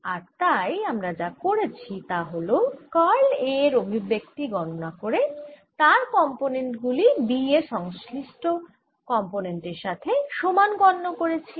আর তাই আমরা যা করেছি তা হল কার্ল A এর অভিব্যক্তি গণনা করে তার কম্পোনেন্ট গুলি B এর সংশ্লিষ্ট কম্পোনেন্টের সাথে সমান গণ্য করেছি